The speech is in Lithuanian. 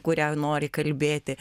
kurią nori kalbėti